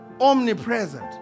omnipresent